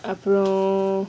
அப்பறோம்:aparom